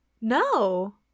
No